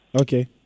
Okay